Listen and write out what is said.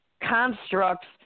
constructs